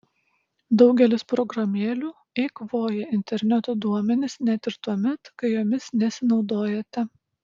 daugelis programėlių eikvoja interneto duomenis net ir tuomet kai jomis nesinaudojate